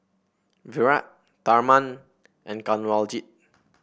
Virat Tharman and Kanwaljit